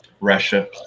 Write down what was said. Russia